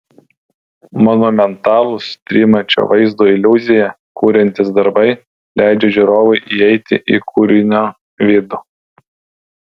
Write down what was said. monumentalūs trimačio vaizdo iliuziją kuriantys darbai leidžia žiūrovui įeiti į kūrinio vidų